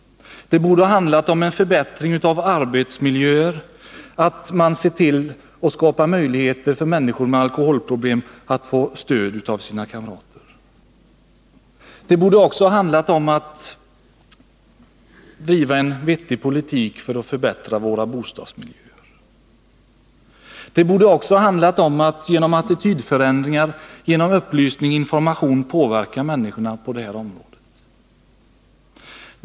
Det borde ha handlat om en förbättring av arbetsmiljöer och om skapande av möjligheter för människor med alkoholproblem att få stöd av sina kamrater. Det borde också ha handlat om att driva en politik för att förbättra våra bostadsområden. Det borde ha handlat om att genom attitydförändringar, genom upplysning och genom information påverka människorna på det här området.